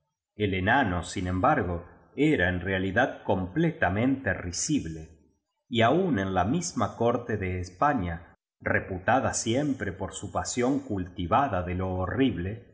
el enano sin embargo era en realidad completapaente risible y aun en la misma corte de españa reputada siempre por su pasión culti vada de lo horrible